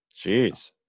Jeez